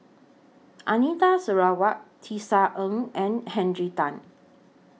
Anita Sarawak Tisa Ng and Henry Tan